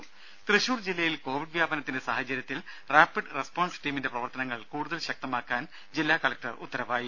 ടെട തൃശൂർ ജില്ലയിൽ കോവിഡ് വ്യാപനത്തിന്റ സാഹചര്യത്തിൽ റാപിഡ് റെസ്പോൺസ് ടീമിന്റെ പ്രവർത്തനങ്ങൾ കൂടുതൽ ശക്തമാക്കാൻ ജില്ലാ കലക്ടർ ഉത്തരവായി